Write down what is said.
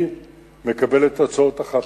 אני מקבל את ההצעות אחת-אחת,